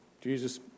Jesus